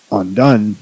undone